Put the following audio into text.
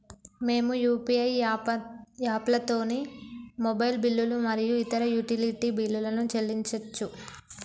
మేము యూ.పీ.ఐ యాప్లతోని మొబైల్ బిల్లులు మరియు ఇతర యుటిలిటీ బిల్లులను చెల్లించచ్చు